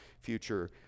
future